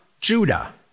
Judah